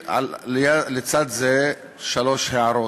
לצד זה יש לי שלוש הערות.